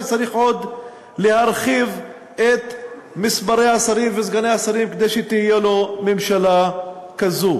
שצריך עוד להגדיל את מספרי השרים וסגני השרים כדי שתהיה לו ממשלה כזאת.